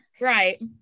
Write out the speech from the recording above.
right